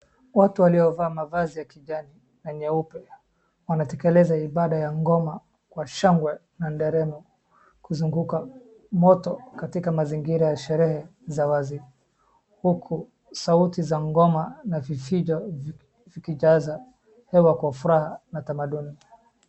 Watu waliova mavazi ya kijani na nyeupe. Wanatekeleza ibada ya ngoma kwa shangwe na nderemo kuzunguka moto katika sherehe za wazi huku sauti za ngoma na vifijo zikijaza hewa kwa furaha na